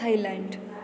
Thailand